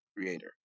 Creator